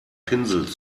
pinsel